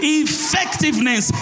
effectiveness